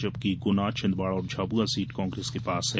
जबकि गुना छिंदवाड़ा और झाबुआ सीट कांग्रेस के पास है